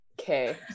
okay